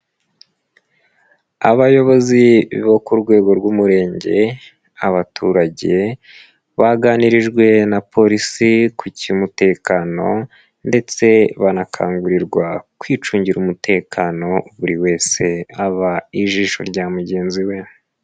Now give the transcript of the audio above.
Abayobozi bo ku rwego rw'umurenge, abaturage baganirijwe na polisi ku cy'umutekano ndetse banakangurirwa kwicungira umutekano buri wese aba ijisho rya mugenzi we.